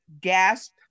gasp